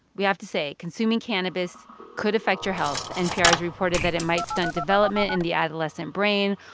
we have to say consuming cannabis could affect your health. npr has reported that it might stunt development in the adolescent brain,